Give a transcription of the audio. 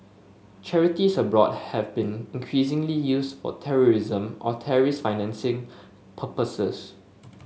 charities abroad have been increasingly used for terrorism or terrorist financing purposes